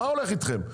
מה הולך איתכם?